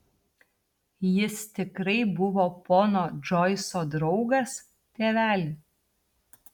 jis tikrai buvo pono džoiso draugas tėveli